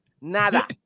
nada